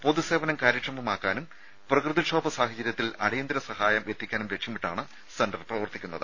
പൊതു സേവനം കാര്യക്ഷമമാക്കാനും പ്രകൃതിക്ഷോഭ സാഹചര്യങ്ങളിൽ അടിയന്തര സഹായം എത്തിക്കാനും ലക്ഷ്യമിട്ടാണ് സെന്റർ പ്രവർത്തിക്കുന്നത്